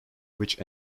which